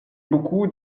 beaucoup